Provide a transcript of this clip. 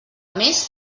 més